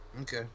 Okay